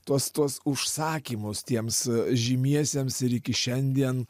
tuos tuos užsakymus tiems žymiesiems ir iki šiandien